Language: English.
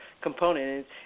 component